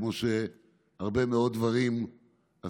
כמו הרבה מאוד דברים שעשית.